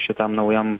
šitam naujam